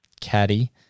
Caddy